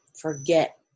forget